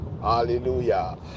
hallelujah